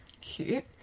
Cute